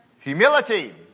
Humility